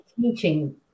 teaching